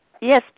Yes